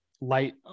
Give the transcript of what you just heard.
light